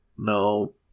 No